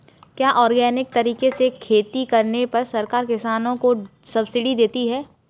क्या ऑर्गेनिक तरीके से खेती करने पर सरकार किसानों को सब्सिडी देती है?